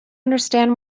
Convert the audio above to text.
understand